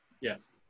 Yes